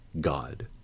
God